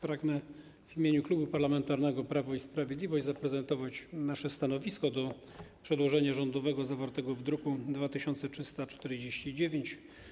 Pragnę w imieniu Klubu Parlamentarnego Prawo i Sprawiedliwość zaprezentować nasze stanowisko wobec przedłożenia rządowego zawartego w druku nr 2349.